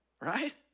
Right